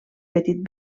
petit